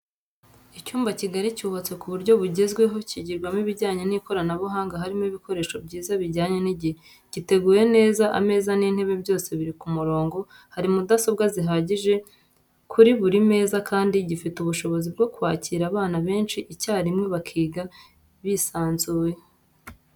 Icyumba kigari cyubatse ku buryo bwugezweho kigirwamo ibijyanye n'ikoranabuhanga harimo ibikoresho byiza bijyanye n'igihe, giteguye neza ameza n'intebe byose biri ku murongo ,hari mudasobwa zihagije kuri buri meza kandi gifite ubushobozi bwo kwakira abana benshi icyarimwe bakiga bisanzuye.